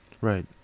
right